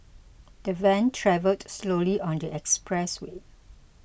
the van travelled slowly on the expressway